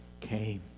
came